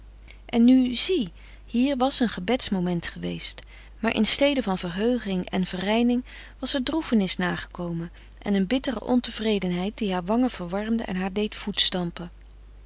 en nu zie hier was een gebedsmoment geweest maar in stede van verheuging en verreining was er droefenis nagekomen en een bittere ontevredenheid die haar wangen verwarmde en haar deed